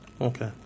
okay